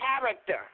character